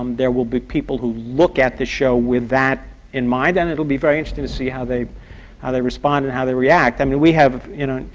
um there will be people who look at this show with that in mind, and it will be very interesting to see how they how they respond and how they react. i mean, we have, you know,